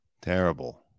Terrible